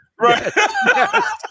Right